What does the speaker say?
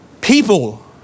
people